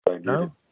No